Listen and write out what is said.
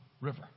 River